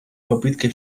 попыткой